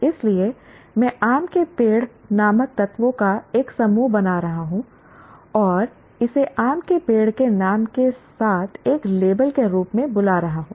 इसलिए मैं आम के पेड़ नामक तत्वों का एक समूह बना रहा हूं और इसे आम के पेड़ के नाम से एक लेबल के रूप में बुला रहा हूं